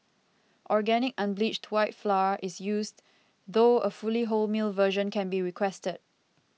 organic unbleached white flour is used though a fully wholemeal version can be requested